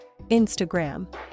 Instagram